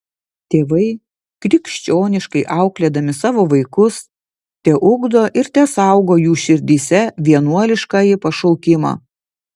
tėvai krikščioniškai auklėdami savo vaikus teugdo ir tesaugo jų širdyse vienuoliškąjį pašaukimą